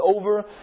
over